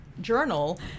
journal